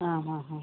ആ ആ ആ